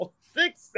Six